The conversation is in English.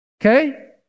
Okay